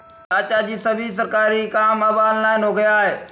चाचाजी, सभी सरकारी काम अब ऑनलाइन हो गया है